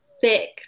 thick